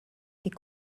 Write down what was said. des